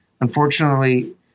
Unfortunately